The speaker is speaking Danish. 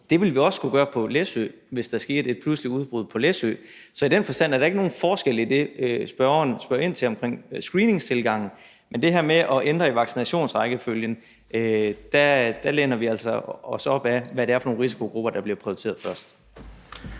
Det ville vi også kunne gøre på Læsø, hvis der skete et pludseligt udbrud på Læsø. Så i den forstand er der ikke nogen forskel på det, spørgeren spørger ind til, omkring screeningstilgangen. Men hvad angår det her med at ændre i vaccinationsrækkefølgen, læner vi os altså op ad, hvad det er for nogle risikogrupper, der bliver prioriteret først.